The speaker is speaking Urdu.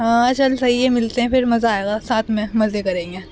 ہاں چل صحی یہ ملتے ہیں پھر مزہ آئے گا ساتھ میں ملزے کریں گے